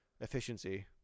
efficiency